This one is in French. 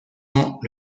ans